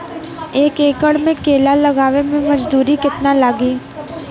एक एकड़ में केला लगावे में मजदूरी कितना लागी?